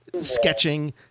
sketching